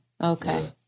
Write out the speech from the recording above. okay